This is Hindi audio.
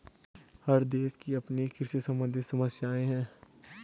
हर देश की अपनी कृषि सम्बंधित समस्याएं हैं